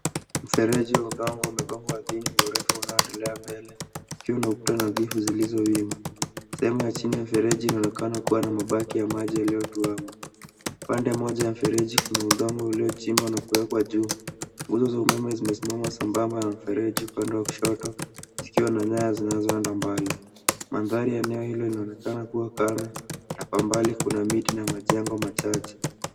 Mfereji wa maji umegongwa ardhini Kwa urefu unaoendelea mbele ukiwa na kuta nadhifu zilizo wima. Sehemu ya chini ya mfereji inaonekana kuwa na mabaki ya maji yaliyotuama. Upande mmoja wa mfereji kuna udongo uliochimbwa na kuwekwa juu. Nguzo za umeme limesimama sambamba na mfereji upande wa kushoto zikiwa na nyaya zinazoenda mbali. Mandhari ya eneo hilo yanaonekana kuwa kame na Kwa umbali kuna miti na majengo machache.